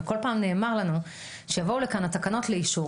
ובכל פעם נאמר לנו שיבואו לכאן התקנות לאישור,